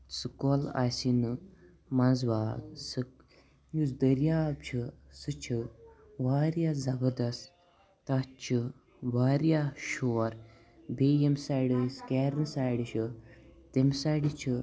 سُہ کوٚل آسی نہٕ مَنٛز باگ سُہ یُس دریاب چھُ سُہ چھُ واریاہ زَبَردست تَتھ چھُ واریاہ شور بیٚیہِ یمہِ سایڈٕ أسۍ کیرنہِ سایڈٕ چھِ تمہِ سایڈِ چھِ